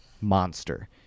monster